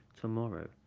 tomorrow